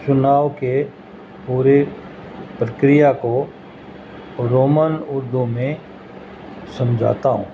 چناؤ کے پورے پرکریا کو رومن اردو میں سمجھاتا ہوں